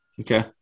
Okay